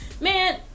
man